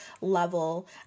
level